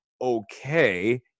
okay